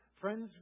Friends